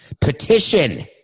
Petition